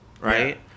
Right